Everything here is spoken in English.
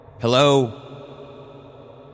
Hello